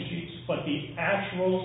sheets but the actual